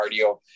cardio